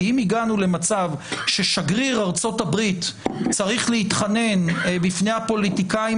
כי אם הגענו למצב שבו שגריר ארצות הברית צריך להתחנן בפני הפוליטיקאים